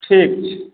ठीक छै